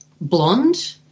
blonde